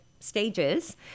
Stages